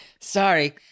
Sorry